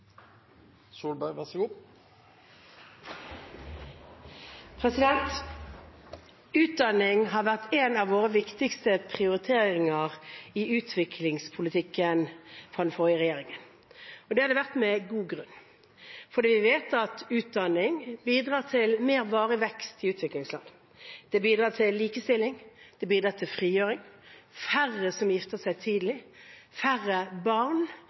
Utdanning har vært en av de viktigste prioriteringene i utviklingspolitikken til den forrige regjeringen. Det har det vært med god grunn, for vi vet at utdanning bidrar til mer varig vekst i utviklingsland. Det bidrar til likestilling. Det bidrar til frigjøring. Færre gifter seg tidlig – færre barn